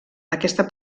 aquesta